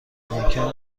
ممکن